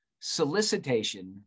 solicitation